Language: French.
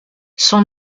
son